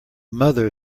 mother